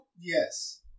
Yes